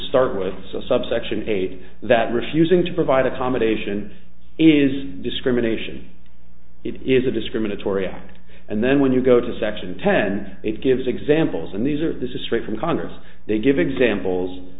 start with so subsection eight that refusing to provide accommodation is discrimination it is a discriminatory act and then when you go to section ten it gives examples and these are this is straight from congress they give examples